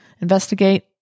investigate